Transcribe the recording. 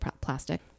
plastic